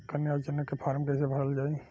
कन्या योजना के फारम् कैसे भरल जाई?